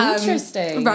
Interesting